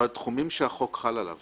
בתחומים שהחוק חל עליו